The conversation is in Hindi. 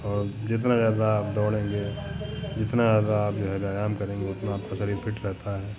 और जितना ज़्यादा आप दौड़ेंगे जितना ज़्यादा आप जो है व्यायाम करेंगे उतना आपका शरीर फ़िट रहता है